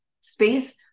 space